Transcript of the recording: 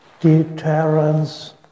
Deterrence